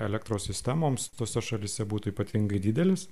elektros sistemoms tose šalyse būtų ypatingai didelis